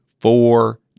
four